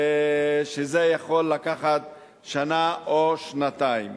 שזה יכול לקחת שנה או שנתיים.